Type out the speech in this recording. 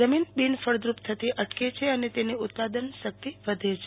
જમીન બિનફળદ્રુપ થતી અટકે છે અને તેની ઉત્પાદન શક્તિ વધે છે